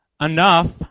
enough